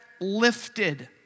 lifted